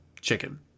chicken